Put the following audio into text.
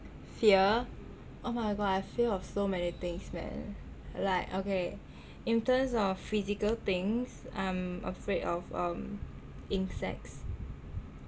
fear oh my god I fear of so many things man like okay in terms of physical things I'm afraid of um insects